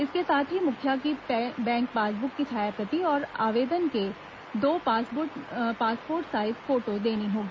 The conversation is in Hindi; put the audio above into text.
इसके साथ ही मुखिया की बैंक पासबुक की छायाप्रति और आवेदक के दो पासपोर्ट साईज फोटो देनी होगी